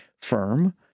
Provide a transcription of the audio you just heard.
firm